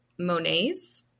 Monets